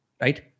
right